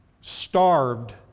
starved